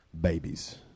babies